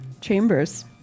Chambers